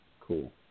Cool